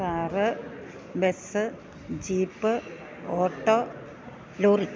car bus jeep auto lorry